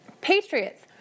Patriots